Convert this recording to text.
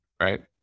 right